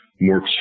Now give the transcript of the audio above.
more